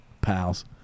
Pals